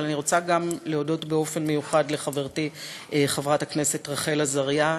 אבל אני רוצה גם להודות באופן מיוחד לחברתי חברת הכנסת רחל עזריה,